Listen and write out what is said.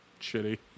shitty